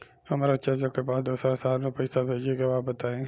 हमरा चाचा के पास दोसरा शहर में पईसा भेजे के बा बताई?